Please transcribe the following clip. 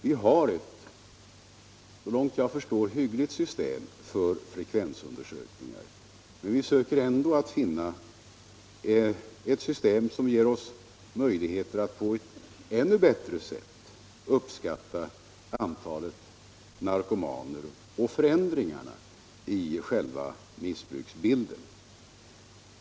Vi har ett så långt jag förstår hyggligt system för frekvensundersökningar, men vi försöker ändå finna ett system som ger oss möjligheter att på ett ännu bättre sätt uppskatta antalet narkomaner och förändringar i själva missbruksbilden.